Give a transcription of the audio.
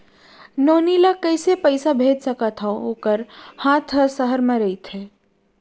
नोनी ल कइसे पइसा भेज सकथव वोकर हा त सहर म रइथे?